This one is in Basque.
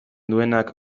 duenak